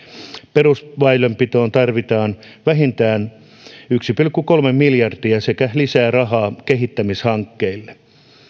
perusväylänpitoon tarvitaan vähintään yksi pilkku kolme miljardia sekä lisää rahaa kehittämishankkeille